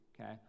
okay